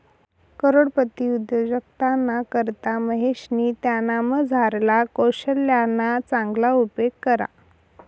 करोडपती उद्योजकताना करता महेशनी त्यानामझारला कोशल्यना चांगला उपेग करा